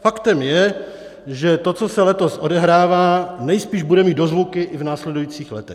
Faktem je, že to, co se letos odehrává, nejspíš bude mít dozvuky i v následujících letech.